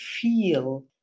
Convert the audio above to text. feel